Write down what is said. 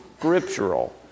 scriptural